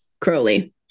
Crowley